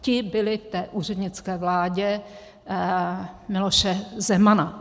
Ti byli v té úřednické vládě Miloše Zemana.